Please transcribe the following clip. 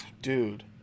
dude